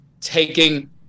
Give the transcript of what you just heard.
taking